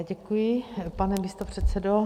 Děkuji, pane místopředsedo.